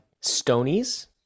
Stonies